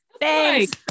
Thanks